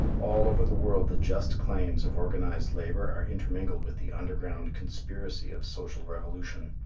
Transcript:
all over the world the just claims of organized labor are intermingled with the underground conspiracy of social revolution.